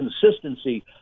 consistency